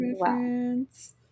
reference